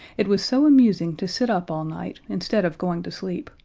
it was so amusing to sit up all night instead of going to sleep,